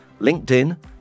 LinkedIn